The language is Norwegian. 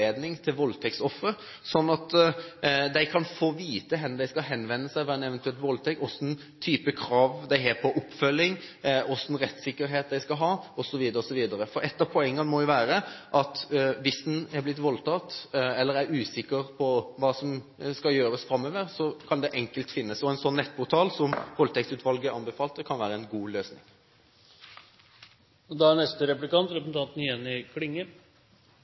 til voldtektsofre, slik at de kan få vite hvor de skal henvende seg ved en eventuell voldtekt, hvilke krav de har til oppfølging, hvilken rettssikkerhet de skal ha osv. For et av poengene må jo være at hvis en har blitt voldtatt, eller er usikker på hva en skal gjøre framover, så kan slik informasjon enkelt finnes, og en slik nettportal som Voldtektsutvalget anbefalte, kan være en god løsning.